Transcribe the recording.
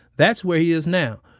that's where he is now.